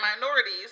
minorities